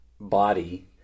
body